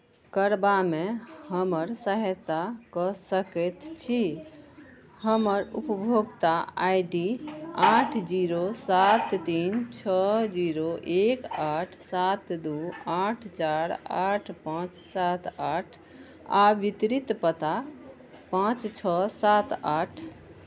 करवामे हमर सहायता कऽ सकैत छी हमर उपभोक्ता आई डी आठ जीरो सात तीन छओ जीरो एक आठ सात दू आठ चारि आठ पाँच सात आठ आ वितरित पता पाँच छओ सात आठ